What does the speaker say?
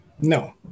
No